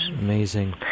amazing